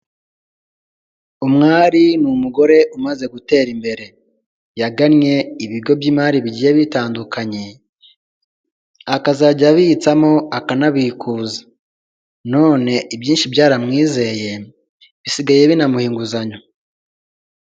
Umwari n'umugore umaze gutera imbere, yagannye ibigo by'imari bigiye bitandukanye, akazajya abitsamo akanabikuza none ibyinshi byaramwizeye bisigaye binamuha inguzanyo.